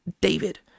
David